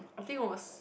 I think it was